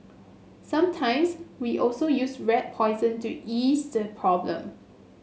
sometimes we also use rat poison to ease the problem